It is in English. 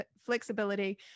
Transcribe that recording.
flexibility